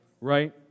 right